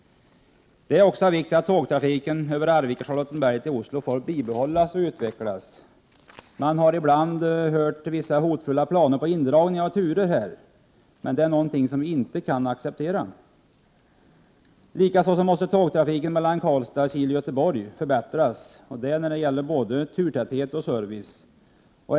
Det är också av vikt att tågtrafiken över Arvika-Charlottenberg till Oslo får bibehållas och utvecklas. Man har ibland hört vissa hotfulla planer på indragningar av turer. Det är någonting vi inte kan acceptera. Likaså måste tågtrafiken Karlstad-Kil-Göteborg förbättras både när det gäller turtäthet och service.